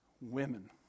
women